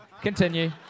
Continue